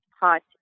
hot